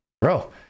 bro